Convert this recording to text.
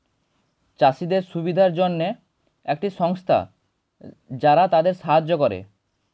চাষীদের সুবিধার জন্যে একটি সংস্থা যারা তাদের সাহায্য করে